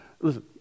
Listen